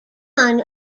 going